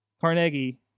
Carnegie